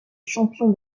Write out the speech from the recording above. champion